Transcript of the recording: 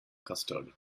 custard